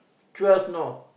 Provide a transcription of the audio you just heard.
twelve know